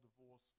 divorce